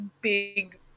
big